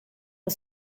the